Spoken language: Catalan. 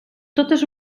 totes